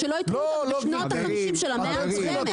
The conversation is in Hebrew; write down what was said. ושלא יתקעו אותנו בשנות ה-50 של המאה הקודמת.